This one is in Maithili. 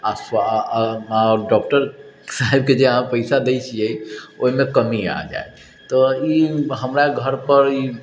आओर डॉक्टर साहबके जे अहाँ पइसा दै छिए ओहिमे कमी आ जाएत तऽ ई हमरा घरपर ई